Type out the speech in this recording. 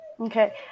Okay